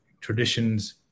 traditions